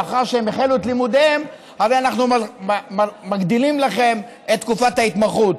לאחר שהם החלו את לימודיהם: הרי אנחנו מגדילים את תקופת ההתמחות.